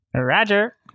Roger